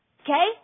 Okay